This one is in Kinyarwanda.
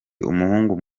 umuhungu